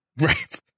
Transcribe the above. Right